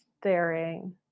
staring